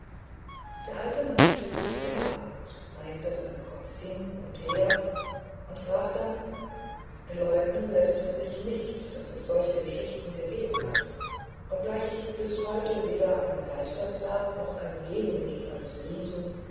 der alte mann strich sich den bart neigte seinen kopf hin und her und sprach dann leugnen läßt es sich nicht daß es solche geschichten gegeben hat obgleich ich bis heute weder einen geisterzwerg noch einen genius als riese